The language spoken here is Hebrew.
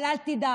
אבל אל תדאג,